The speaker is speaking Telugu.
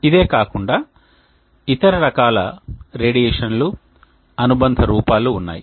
ఇదే కాకుండా ఇతర రకాల రేడియేషన్లు అనుబంధ రూపాలు ఉన్నాయి